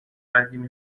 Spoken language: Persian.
قدیمی